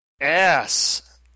ass